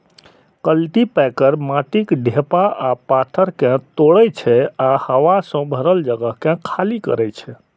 cultipacker माटिक ढेपा आ पाथर कें तोड़ै छै आ हवा सं भरल जगह कें खाली करै छै